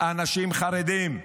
אנשים חרדים: